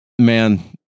man